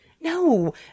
no